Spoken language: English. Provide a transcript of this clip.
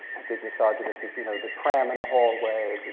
big misogynist. he's, you know, the pram in the hallway.